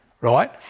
right